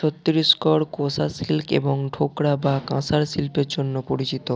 Chhattisgarh Kosa silk এবং ডোকরা বা কাঁসার শিল্পের জন্য পরিচিত